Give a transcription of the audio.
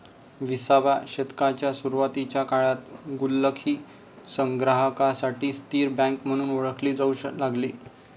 विसाव्या शतकाच्या सुरुवातीच्या काळात गुल्लक ही संग्राहकांसाठी स्थिर बँक म्हणून ओळखली जाऊ लागली